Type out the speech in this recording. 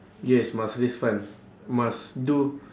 yes must raise fund must do